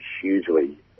hugely